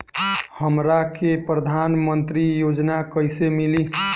हमरा के प्रधानमंत्री योजना कईसे मिली?